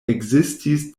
ekzistis